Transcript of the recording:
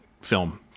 film